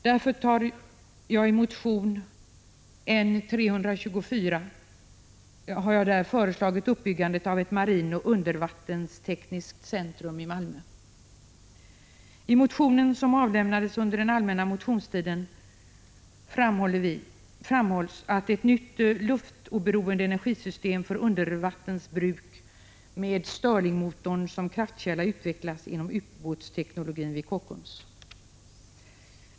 Därför har jag i motion N324 föreslagit uppbyggandet av ett marinoch undervattenstekniskt centrum i Malmö. I motionen, som avlämnades under den allmänna motionstiden, framhålls att ett nytt luftoberoende energisystem för undervattensbruk med Sterlingmotorn som kraftkälla utvecklas inom ubåtsteknologin vid Kockums.